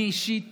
אני אישית